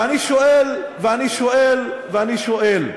ואני שואל, ואני שואל, ואני שואל: